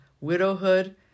widowhood